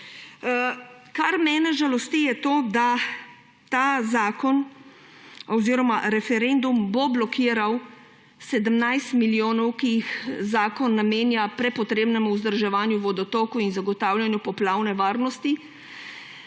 Kar mene žalosti, je to, da bo ta zakon oziroma referendum blokiral 17 milijonov, ki jih zakon namenja prepotrebnemu vzdrževanju vodotokov in zagotavljanju poplavne varnosti,